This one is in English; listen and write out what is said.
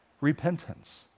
repentance